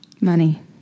Money